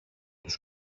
τους